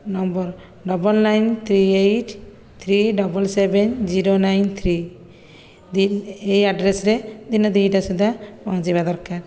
number double nine three eight three double seven zero nine three ଏହି ଆଡ଼୍ରେସରେ ଦିନ ଦୁଇଟାସୁଦ୍ଧା ପହଞ୍ଚିବା ଦରକାର